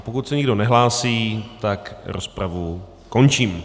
Pokud se nikdo nehlásí, rozpravu končím.